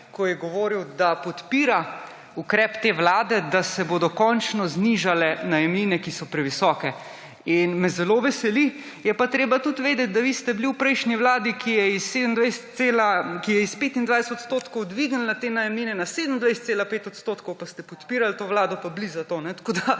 ko je govoril, da podpira ukrep te vlade, da se bodo končno znižale najemnine, ki so previsoke. In me zelo veseli. Je pa treba tudi vedeti, da vi ste bili v prejšnji vladi, ki je s 25 odstotkov dvignila te najemnine na 27,5 odstotka, pa ste podpirali to vlado in bili za to.